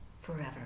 forever